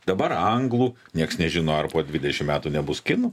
dabar anglų nieks nežino ar po dvidešim metų nebus kinų